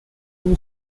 two